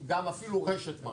ואפילו רשת מרוויחים.